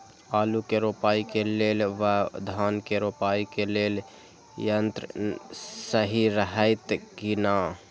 आलु के रोपाई के लेल व धान के रोपाई के लेल यन्त्र सहि रहैत कि ना?